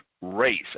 race